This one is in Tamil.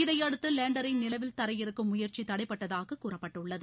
இதையடுத்து லேண்டரை நிலவில் தரையிறக்கும் முயற்சி தடைப்பட்டதாக கூறப்பட்டுள்ளது